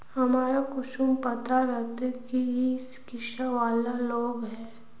हमरा कुंसम पता रहते की इ कृषि वाला लोन है?